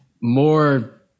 more